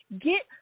Get